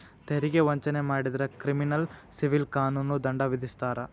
ತೆರಿಗೆ ವಂಚನೆ ಮಾಡಿದ್ರ ಕ್ರಿಮಿನಲ್ ಸಿವಿಲ್ ಕಾನೂನು ದಂಡ ವಿಧಿಸ್ತಾರ